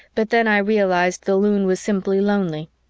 but then i realized the loon was simply lonely.